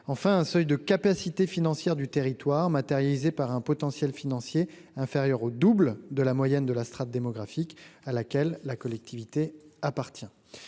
enfin un seuil de capacité financière du territoire matérialisée par un potentiel financier inférieur au double de la moyenne de la strate démographique à laquelle la collectivité appartient